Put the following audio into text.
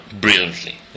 brilliantly